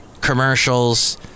commercials